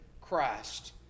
Christ